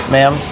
Ma'am